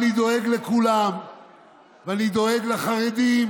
אני דואג לכולם ואני דואג לחרדים.